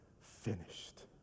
finished